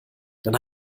dann